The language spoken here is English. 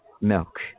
milk